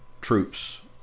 troops